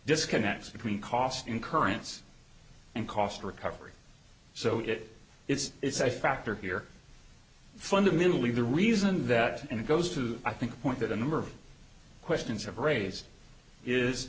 disconnects between cost in currents and cost recovery so it is it's a factor here fundamentally the reason that it goes to i think the point that a number of questions have raised is